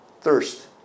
thirst